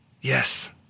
Yes